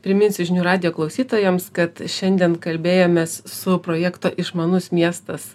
priminsiu žinių radijo klausytojams kad šiandien kalbėjomės su projekto išmanus miestas